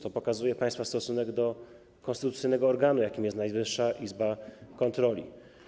To pokazuje państwa stosunek do konstytucyjnego organu, jakim jest Najwyższa Izba Kontroli.